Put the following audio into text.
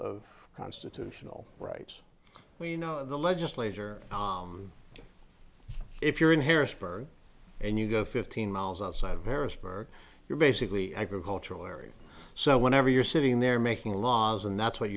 of constitutional rights we know the legislature if you're in harrisburg and you go fifteen miles outside of harrisburg you're basically agricultural area so whenever you're sitting there making laws and that's what